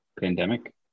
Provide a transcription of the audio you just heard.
pandemic